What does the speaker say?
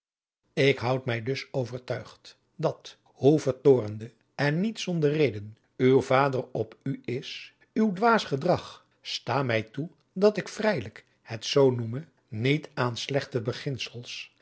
ik houd mij dus overtuigd dat hoe vertoornde en niet zonder reden uw vader op u is adriaan loosjes pzn het leven van johannes wouter blommesteyn uw dwaas gedrag sta mij toe dat ik vrijelijk het zoo noeme niet aan slechte